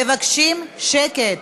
מבקשים שקט.